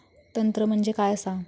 तंत्र म्हणजे काय असा?